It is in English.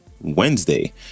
wednesday